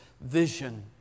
vision